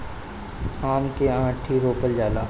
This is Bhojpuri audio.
आम के आंठी रोपल जाला